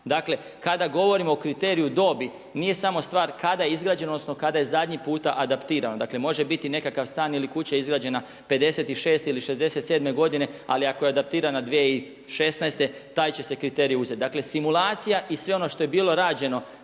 Dakle kada govorimo o kriteriju dobi nije samo stvar kada je izgrađeno odnosno kada je zadnji puta adaptirano. Dakle može biti nekakav stan ili kuća izgrađena '56. ili '67. godine ali ako je adaptirana 2016. taj će se kriterij uzeti. Dakle simulacija i sve ono što je bilo rađeno